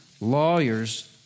lawyers